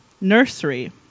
nursery